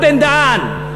הרב בן-דהן,